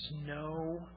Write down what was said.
no